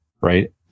right